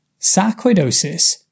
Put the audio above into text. sarcoidosis